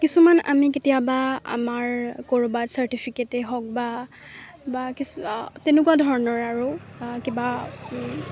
কিছুমান আমি কেতিয়াবা আমাৰ ক'ৰবাত চাৰ্টিফিকেটেই হওক বা বা কিছু তেনেকুৱা ধৰণৰ আৰু কিবা